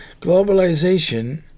Globalization